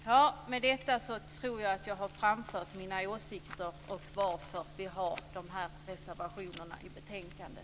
Därmed tror jag att jag har framfört mina åsikter och varför vi har fogat våra reservationer till betänkandet.